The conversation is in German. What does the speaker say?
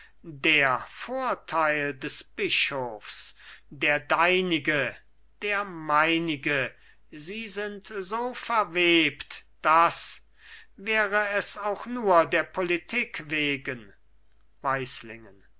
der vorteil des bischofs der deinige der meinige sie sind so verwebt daß wäre es auch nur der politik wegen